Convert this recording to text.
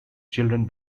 children